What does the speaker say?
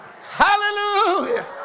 Hallelujah